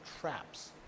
traps